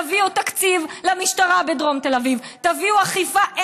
תביאו תקציב למשטרה בדרום תל אביב, תביאו אכיפה.